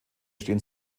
stehen